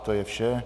To je vše.